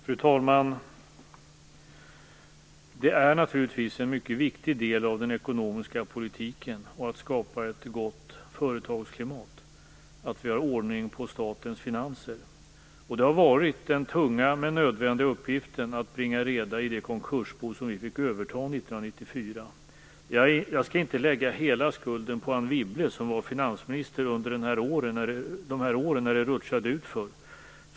Fru talman! Det är naturligtvis en mycket viktig del av den ekonomiska politiken, och det är viktigt för att skapa ett gott företagsklimat att vi har ordning på statens finanser. Det har varit en tung men nödvändig uppgift att bringa reda i det konkursbo som vi fick överta 1994. Jag skall inte lägga hela skulden på Anne Wibble, som var finansminister under de här åren när det rutschade utför.